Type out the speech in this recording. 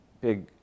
big